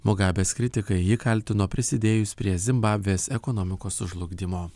mogabės kritikai jį kaltino prisidėjus prie zimbabvės ekonomikos sužlugdymo